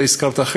אתה הזכרת חלק,